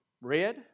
red